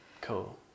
cool